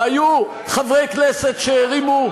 והיו חברי כנסת שהרימו,